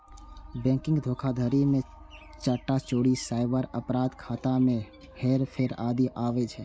banking धोखाधड़ी मे data चोरी, साइबर अपराध, खाता मे हेरफेर आदि आबै छै